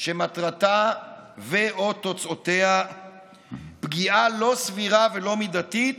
שמטרתה או תוצאותיה פגיעה לא סבירה ולא מידתית